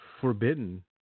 forbidden